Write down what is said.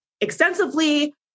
extensively